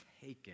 taken